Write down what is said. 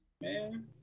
Man